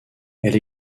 elle